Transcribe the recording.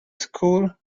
school